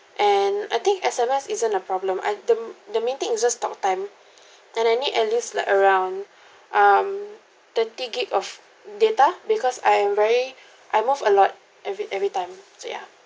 and I think S_M_S isn't a problem I the the main thing is just talktime and I need at least like around um thirty gigabyte of data because I am very I move a lot every everytime so ya